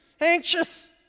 Anxious